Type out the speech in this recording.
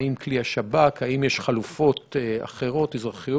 האם כלי השב"כ, האם יש חלופות אזרחיות אחרות?